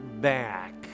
back